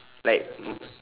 like um